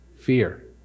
fear